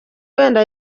wenda